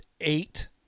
eight